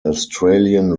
australian